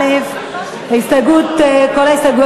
אגף לטיפול